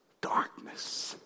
Darkness